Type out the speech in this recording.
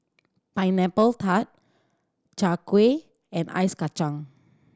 Pineapple Tart Chai Kueh and ice kacang